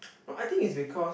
no I think it's because